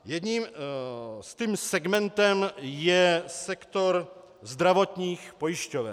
Jedním tím segmentem je sektor zdravotních pojišťoven.